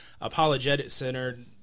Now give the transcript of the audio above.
Apologetic-centered